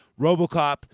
robocop